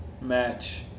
match